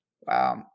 Wow